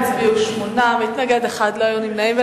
שמונה בעד, מתנגד אחד ואין נמנעים.